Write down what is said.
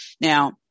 Now